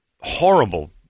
horrible